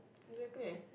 exactly